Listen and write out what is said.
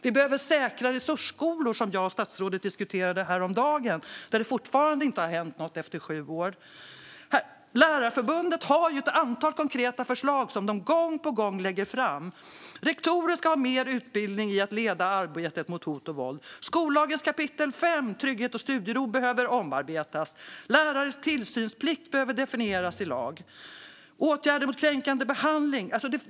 Vi behöver säkra resursskolor, som jag och statsrådet diskuterade häromdagen. Där har det fortfarande, efter sju år, inte hänt något. Lärarförbundet har ett antal konkreta förslag som de gång på gång lägger fram. Rektorer ska ha mer utbildning i att leda arbetet mot hot och våld. Skollagens kap. 5, Trygghet och studiero, behöver omarbetas. Lärares tillsynsplikt behöver definieras i lag. Det handlar om åtgärder mot kränkande behandling.